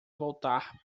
voltar